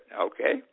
Okay